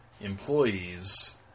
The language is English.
employees